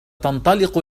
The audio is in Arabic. ستنطلق